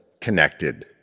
connected